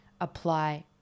apply